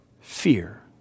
fear